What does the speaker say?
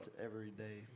everyday